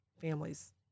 families